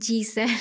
जी sir